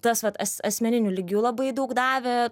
tas vat asmeniniu lygiu labai daug davė